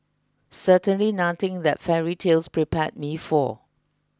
certainly nothing that fairy tales prepared me for